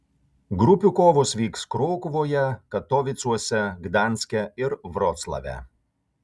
grupių kovos vyks krokuvoje katovicuose gdanske ir vroclave